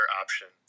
options